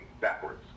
backwards